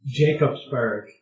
Jacobsburg